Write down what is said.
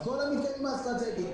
אז כל המתקנים האסטרטגיים,